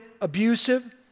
abusive